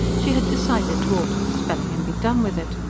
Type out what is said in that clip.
she had decided to alter the spelling and be done with it.